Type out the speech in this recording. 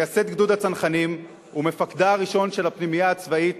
מייסד גדוד הצנחנים ומפקדה הראשון של הפנימייה הצבאית